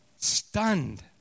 stunned